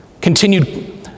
Continued